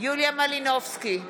יוליה מלינובסקי קונין,